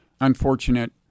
Unfortunate